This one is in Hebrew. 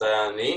זה הייתי אני.